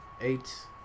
eight